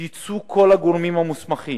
יצאו כל הגורמים המוסמכים,